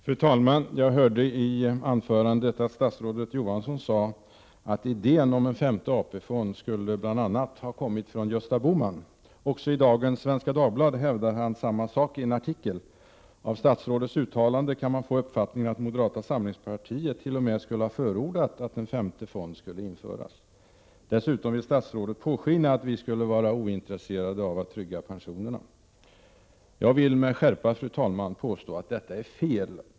Fru talman! Jag hörde att statsrådet Johansson sade att idén om den femte AP-fonden bl.a. kommit från Gösta Bohman. Han hävdade det också i en artikel i Svenska Dagbladet. Av statsrådets uttalande kan man få uppfattningen att moderaterna t.o.m. skulle ha förordat att en femte AP-fond skulle införas. Dessutom vill statsrådet låta påskina att vi skulle vara ointresserade av att trygga pensionerna. Jag vill med skärpa, fru talman, påstå att detta är fel.